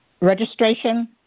Registration